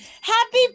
happy